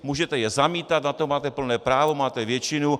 Můžete je zamítat, na to máte plné právo, máte většinu.